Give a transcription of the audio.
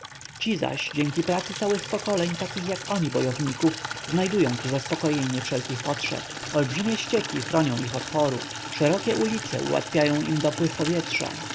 ci zaś dzięki pracy całych pokoleń takich jak oni bojowników znajdują tu zaspokojenie wszelkich potrzeb olbrzymie ścieki chronią ich od chorób szerokie ulice ułatwiają im dopływ powietrza